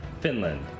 Finland